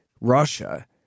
Russia